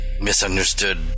misunderstood